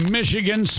Michigan